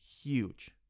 huge